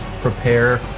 prepare